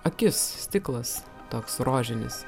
akis stiklas toks rožinis